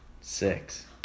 Six